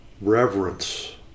reverence